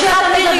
איך שאתה מדבר